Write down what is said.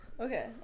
Okay